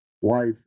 wife